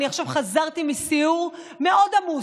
עכשיו חזרתי מסיור מאוד עמוס,